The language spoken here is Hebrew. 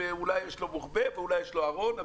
אולי יש לו מוחבא או בארון.